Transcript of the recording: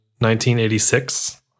1986